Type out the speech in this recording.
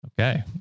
Okay